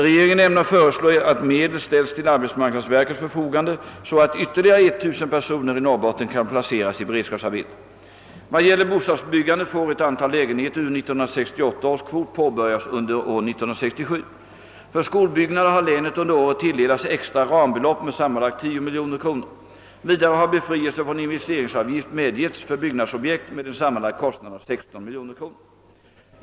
Regeringen ämnar föreslå att medel ställs till arbetsmarknadsverkets förfogande så att ytterligare 1000 personer i Norrbotten kan placeras i beredskapsarbete. Vad gäller bostadsbyggandet får ett antal lägenheter ur 1968 års kvot påbörjas under år 1967. För skolbyggnader har länet under året tilldelats extra rambelopp med sammanlagt 10 miljoner kronor. Vidare har befrielse från investeringsavgift medgetts för byggnadsobjekt med en sammanlagd kostnad av 16 miljoner kronor.